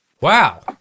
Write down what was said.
wow